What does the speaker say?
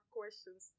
questions